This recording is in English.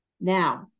Now